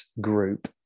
group